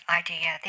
idea